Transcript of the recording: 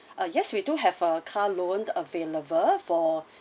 ah yes we do have a car loan available for